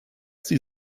sie